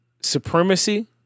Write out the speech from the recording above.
Supremacy